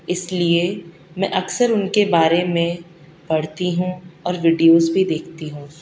اس لیے میں اکثر ان کے بارے میں پڑھتی ہوں اور ویڈیوز بھی دیکھتی ہوں